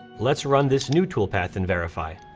let's run this new toolpath and verify.